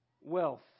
wealth